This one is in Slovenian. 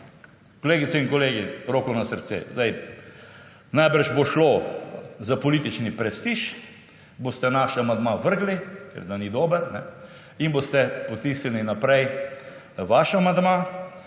Kolegice in kolegi, roko na srce, zdaj, najbrž bo šlo za politični prestiž, boste naš amandma vrgli, ker da ni dober, in boste potisnili naprej vaš amandma,